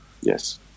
Yes